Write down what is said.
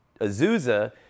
Azusa